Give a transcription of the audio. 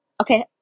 Okay